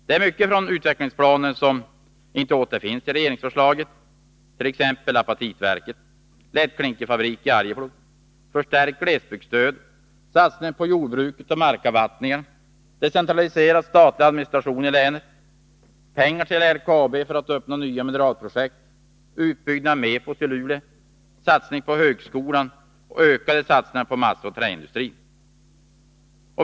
Det är mycket från utvecklingsplanen som inte återfinns i propositionen, t.ex. förslagen om apatitverk i Malmberget, lättklinkerfabrik i Arjeplog, förstärkt glesbygdsstöd, satsning på jordbruket och markavvattningar, decentraliserad statlig administration i länet, pengar till LKAB för att öppna nya mineralprojekt, utbyggnad av Metallurgiska forskningsstationen, MEFOS, i Luleå, satsning på högskolan och ökade satsningar på massaoch träindustrin.